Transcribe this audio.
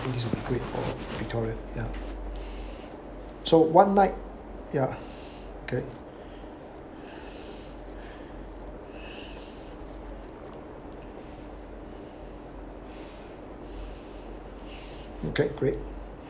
so this is great for victoria ya so one night ya okay okay great